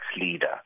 leader